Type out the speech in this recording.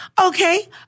Okay